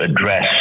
address